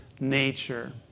nature